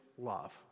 love